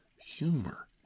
humor